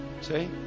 See